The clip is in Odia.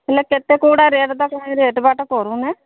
ହେଲେ କେତେ କୋଉଟା ରେଟ୍ ତ କାଇଁ ରେଟ୍ ବାଟ୍ କରୁନା